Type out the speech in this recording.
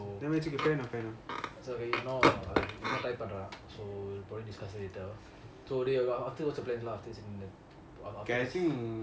never mind it's okay fair enough fair enough okay I think